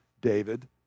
David